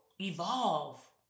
evolve